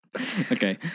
Okay